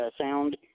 sound